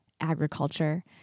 agriculture